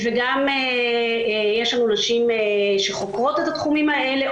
יש לנו נשים שחוקרות את התחומים האלה,